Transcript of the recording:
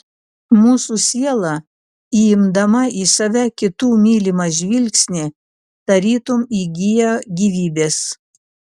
mūsų siela įimdama į save kitų mylimą žvilgsnį tarytum įgyja gyvybės